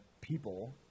people